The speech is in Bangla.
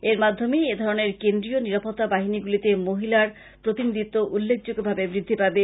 এর মাধ্যমে এধরনের কেন্দ্রীয় নিরাপত্তা বাহিনীগুলিতে মহিলার প্রতিনিধিত্ব উল্লেখযোগ্যভাবে বৃদ্ধি পাবে